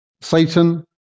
Satan